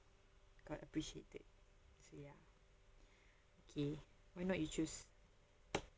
got appreciate so ya okay why not you choose